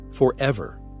forever